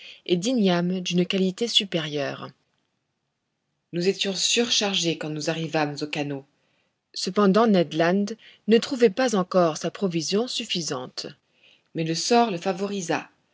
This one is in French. et d'ignames d'une qualité supérieure nous étions surchargés quand nous arrivâmes au canot cependant ned land ne trouvait pas encore sa provision suffisante mais le sort le favorisa